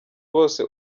bose